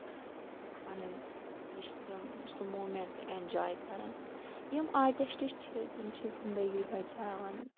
پَنٕنۍ یہِ چھِ تِم سُہ موٗمینٹ اینجوے کران یِم آٹِسٹ چھِ تِم چھِ زِندگی بَچاوان